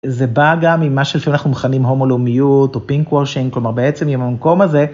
זה בא גם ממה שלפעמים אנחנו מכנים הומו לאומיות, או פינק וושינג, כלומר בעצם יהיה במקום הזה